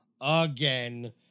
again